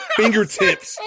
fingertips